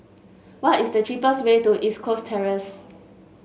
what is the cheapest way to East Coast Terrace